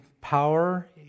power